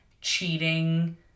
cheating